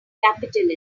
capitalism